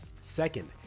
Second